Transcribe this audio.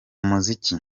muziki